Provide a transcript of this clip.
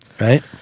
right